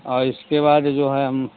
और इसके बाद जो है हम